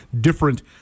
different